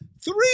Three